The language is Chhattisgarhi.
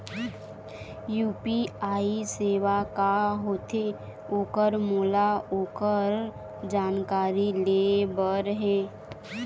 यू.पी.आई सेवा का होथे ओकर मोला ओकर जानकारी ले बर हे?